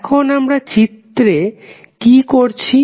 এখন আমরা এই চিত্রে কি করছি